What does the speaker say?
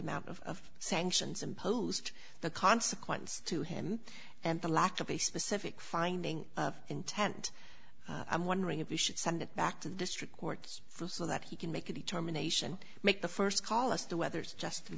amount of sanctions imposed the consequence to him and the lack of a specific finding of intent i'm wondering if we should send it back to the district courts for so that he can make a determination make the first call us the weather's just